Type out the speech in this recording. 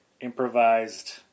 improvised